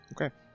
Okay